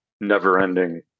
never-ending